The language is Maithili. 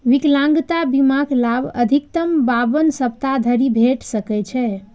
विकलांगता बीमाक लाभ अधिकतम बावन सप्ताह धरि भेटि सकै छै